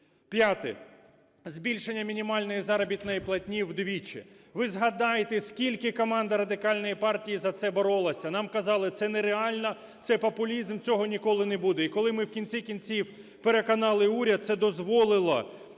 П'яте. Збільшення мінімальної заробітної платні вдвічі. Ви згадайте, скільки команда Радикальної партії за це боролася. Нам казали: це нереально, це популізм, цього ніколи не буде. І коли ми, в кінці кінців, переконали уряд, це дозволило